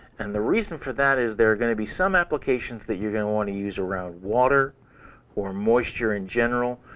and the reason for that is there are going to be some applications that you're going to want to use around water or moisture in general,